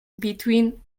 between